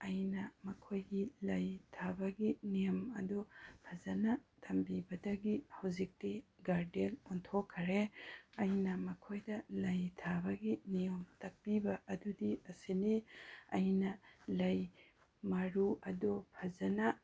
ꯑꯩꯅ ꯃꯈꯣꯏꯒꯤ ꯂꯩ ꯊꯥꯕꯒꯤ ꯅꯤꯌꯝ ꯑꯗꯨ ꯐꯖꯅ ꯇꯝꯕꯤꯕꯗꯒꯤ ꯍꯧꯖꯤꯛꯇꯤ ꯒꯥꯔꯗꯦꯟ ꯑꯣꯟꯊꯣꯛꯈꯔꯦ ꯑꯩꯅ ꯃꯈꯣꯏꯗ ꯂꯩ ꯊꯥꯕꯒꯤ ꯅꯤꯌꯣꯝ ꯇꯥꯛꯄꯤꯕ ꯑꯗꯨꯗꯤ ꯑꯁꯤꯅꯤ ꯑꯩꯅ ꯂꯩ ꯃꯔꯨ ꯑꯗꯨ ꯐꯖꯅ